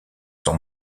son